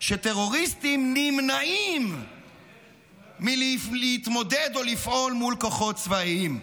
שטרוריסטים נמנעים מלהתמודד או לפעול מול כוחות צבאיים.